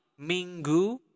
Minggu